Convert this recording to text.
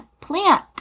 plant